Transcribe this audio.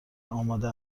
آماده